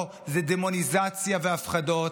לא, זה דמוניזציה והפחדות.